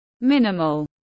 Minimal